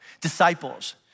disciples